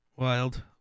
Wild